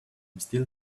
still